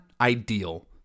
ideal